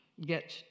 get